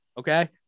Okay